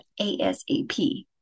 ASAP